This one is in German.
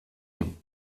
die